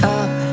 up